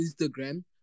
Instagram